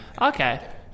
Okay